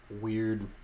weird